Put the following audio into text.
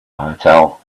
hotel